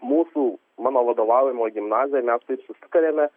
mūsų mano vadovaujamoj gimnazijoj mes taip susitarėme